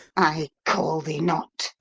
i call thee not.